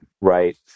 right